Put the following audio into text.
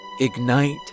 ignite